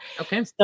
Okay